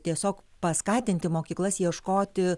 tiesiog paskatinti mokyklas ieškoti